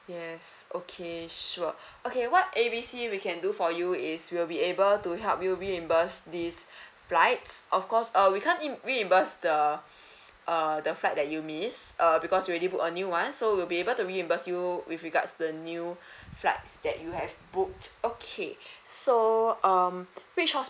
yes okay sure okay what A B C we can do for you is we will be able to help you reimburse this flights of course err we can't re~ reimburse the err the flight that you missed err because we already booked a new one so we will be able to reimburse you with regards to the new flights that you have booked okay so um which hospital